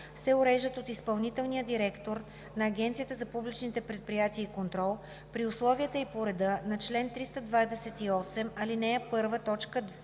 се уреждат от изпълнителния директор на Агенцията за публичните предприятия и контрол при условията и по реда на чл. 328, ал. 1,